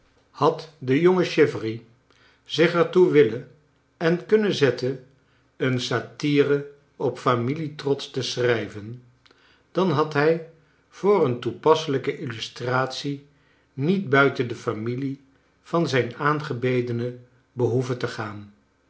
had de jonge chivery zich er toe willen en kunnen zetten een satire op familietrots te schrijven dan had hij voor een toepasselijke illustratie niet buiten de familie van zijn aangbedene behoeven te gaan